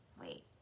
wait